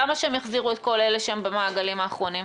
למה שהם יחזירו את כל אלה שהם במעגלים האחרונים?